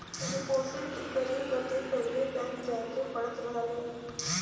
deposit करे बदे पहिले बैंक जाए के पड़त रहल